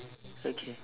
okay